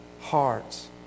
hearts